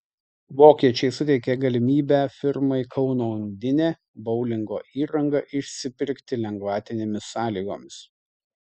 vokiečiai suteikė galimybę firmai kauno undinė boulingo įrangą išsipirkti lengvatinėmis sąlygomis